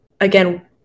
Again